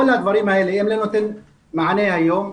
כל הדברים האלה, אם לא נותנים מענה היום,